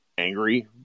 angry